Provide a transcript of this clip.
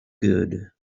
good